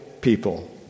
people